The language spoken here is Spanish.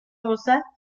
rusa